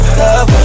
love